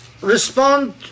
Respond